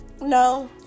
no